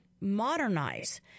modernize